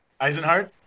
Eisenhart